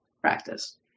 practice